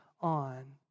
on